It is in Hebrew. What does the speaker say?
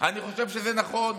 אני חושב שזה נכון.